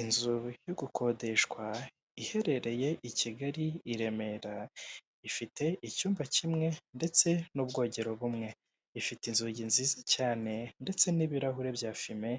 Inzu yo gukodeshwa, iherereye i Kigali, i Remera, ifite icyumba kimwe ndetse n'ubwogero bumwe. Ifite inzugi nziza cyane, ndetse n'ibirahure bya fime,